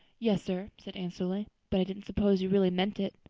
yes, sir, said anne slowly but i didn't suppose you really meant it.